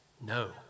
No